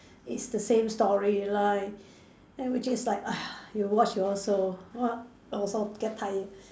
it's the same storyline and which is like !ugh! you watched also what also get tired